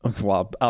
Wow